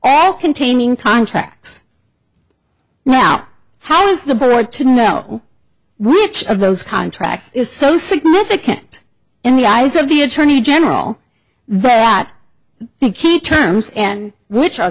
all containing contracts now how does the borrower to know which of those contracts is so significant in the eyes of the attorney general that the key terms and which are